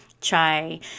Chai